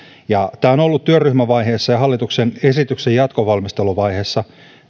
tämä on on ollut työryhmävaiheessa ja hallituksen esityksen jatkovalmisteluvaiheessa